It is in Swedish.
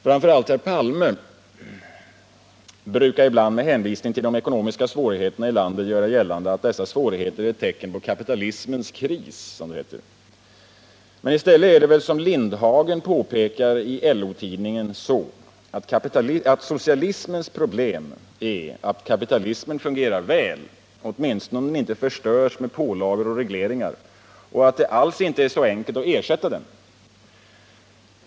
Framför allt herr Palme brukar ibland med hänvisning till de ekonomiska svårigheterna i landet göra gällande att dessa svårigheter är ett tecken på kapitalismens kris. I stället är det väl, som Lindhagen påpekar i LO-tidningen, så att socialismens problem är att kapitalismen fungerar väl — åtminstone om den inte förstörs med pålagor och regleringar — och att det alls inte är så enkelt att ersätta den.